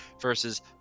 versus